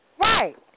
Right